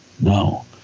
No